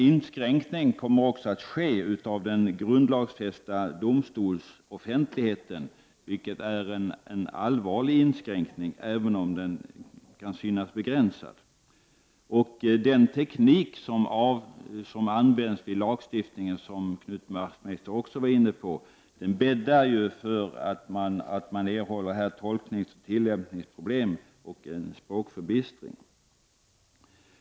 Inskränkningar kommer också att ske av den grundlagsfästa domstolsoffentligheten, vilket är en allvarlig inskränkning, även om den kan synas begränsad. Den teknik som används i lagstiftningen, som Knut Wachtmeister också var inne på, bäddar för att man kommer att erhålla tolkningsoch tillämpningsproblem samt språkförbistring.